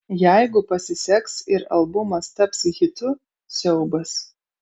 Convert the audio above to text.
jeigu pasiseks ir albumas taps hitu siaubas